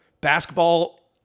basketball